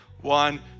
One